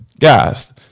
Guys